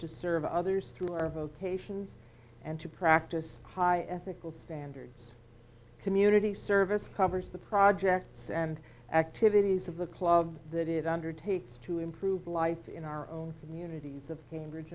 to serve others through our vocations and to practice high ethical standards community service covers the projects and activities of the club that it undertakes to improve life in our own communities of cambridge